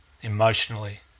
emotionally